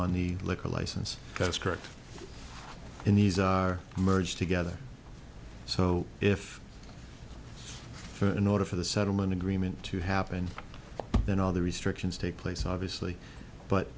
on the liquor license that's correct in these are merged together so if in order for the settlement agreement to happen then all the restrictions take place obviously but